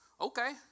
Okay